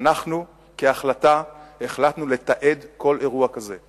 אנחנו כהחלטה החלטנו לתעד כל אירוע כזה.